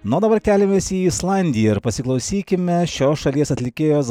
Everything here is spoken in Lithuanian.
na o dabar keliamės į islandiją ir pasiklausykime šios šalies atlikėjos